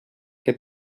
que